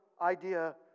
idea